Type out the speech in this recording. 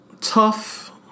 tough